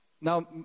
Now